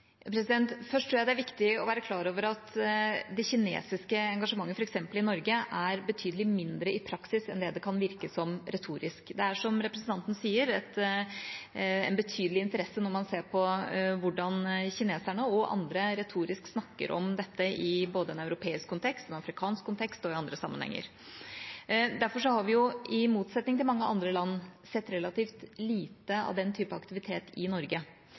Først tror jeg det er viktig å være klar over at det kinesiske engasjementet f.eks. i Norge er betydelig mindre i praksis enn det det kan virke som retorisk. Det er, som representanten sier, en betydelig interesse når man ser på hvordan kineserne og andre retorisk snakker om dette både i en europeisk kontekst, i en amerikansk kontekst og i andre sammenhenger. Derfor har vi i motsetning til mange andre land sett relativt lite av den typen aktivitet i Norge.